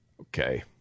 Okay